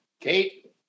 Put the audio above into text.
Kate